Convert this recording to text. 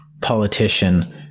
politician